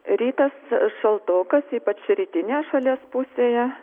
rytas šaltokas ypač rytinėj šalies pusėje